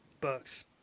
Bucks